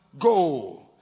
go